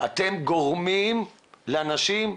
אתם גורמים לאנשים,